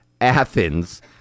Athens